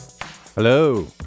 Hello